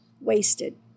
wasted